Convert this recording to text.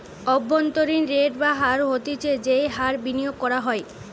অভ্যন্তরীন রেট বা হার হতিছে যেই হার বিনিয়োগ করা হয়